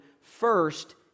first